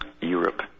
Europe